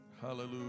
Hallelujah